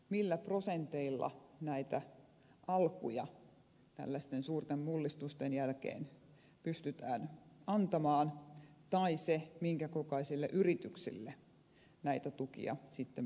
millä prosenteilla näitä alkuja tällaisten suurten mullistusten jälkeen pystytään antamaan tai minkä kokoisille yrityksille näitä tukia sitten pystytään antamaan